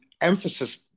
emphasis